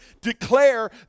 declare